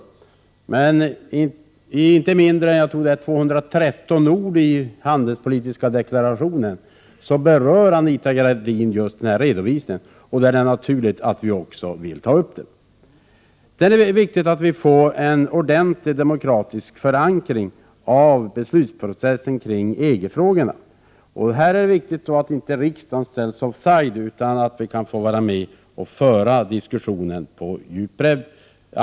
När hon med inte mindre än 213 ord i den handelspolitiska deklarationen berör just denna redovisning, är det naturligt att också vi vill ta upp den. Det är viktigt att vi får en ordentlig demokratisk förankring av beslutsprocessen i EG-frågorna. Riksdagen får inte ställas offside utan måste vara med och föra diskussionen på djupet.